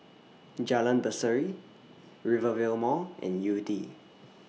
Jalan Berseri Rivervale Mall and Yew Tee